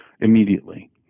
immediately